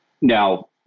now